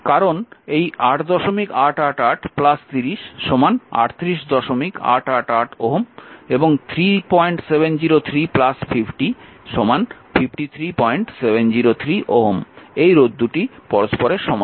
কারণ এই 8888 30 38888 Ω এবং 3703 50 53703 Ω এই রোধদুটি পরস্পরের সমান্তরাল